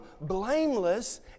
blameless